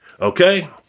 Okay